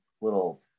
little